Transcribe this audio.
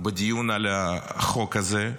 בדיון על החוק הזה.